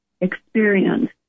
experience